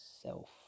self